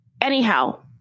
anyhow